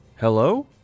Hello